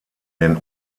den